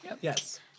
Yes